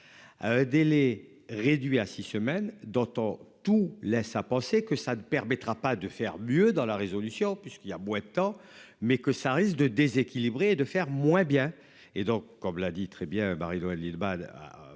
cas. Délai réduit à 6 semaines d'autant. Tout laisse à penser que ça ne permettra pas de faire mieux dans la résolution puisqu'il a beau temps mais que ça risque de déséquilibrer et de faire moins bien et donc, comme l'a dit très bien, Marie-Noëlle Lienemann